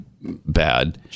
bad